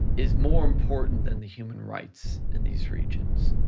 is more important than the human rights in these regions.